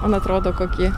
man atrodo kokį